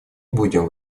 будем